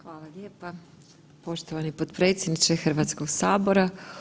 Hvala lijepa poštovani potpredsjedniče Hrvatskog sabora.